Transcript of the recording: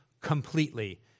completely